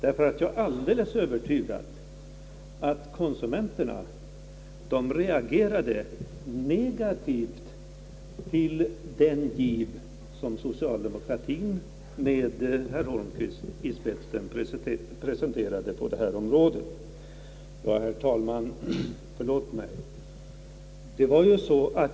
Jag är alldeles övertygad om att konsumenterna reagerade negativt till den giv som socialdemokratien med herr Holmqvist i spetsen presenterade på detta område. Herr talman!